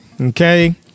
Okay